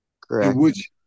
Correct